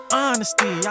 honesty